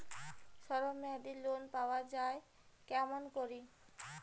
স্বল্প মেয়াদি লোন পাওয়া যায় কেমন করি?